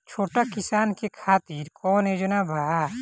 छोटा किसान के खातिर कवन योजना बा?